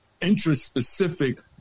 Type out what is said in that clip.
interest-specific